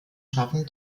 schaffen